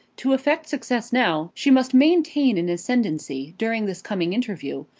to effect success now, she must maintain an ascendancy during this coming interview,